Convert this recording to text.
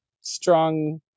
strong